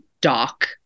Doc